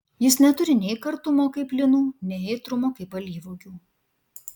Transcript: jis neturi nei kartumo kaip linų nei aitrumo kaip alyvuogių